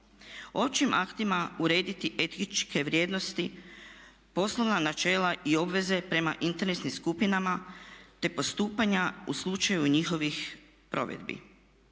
Općim aktima urediti etičke vrijednosti, poslovna načela i obveze prema interesnim skupinama te postupanja u slučaju njihovih provedbi.